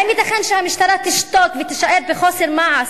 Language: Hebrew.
האם ייתכן שהמשטרה תשתוק ותישאר בחוסר מעש